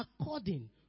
according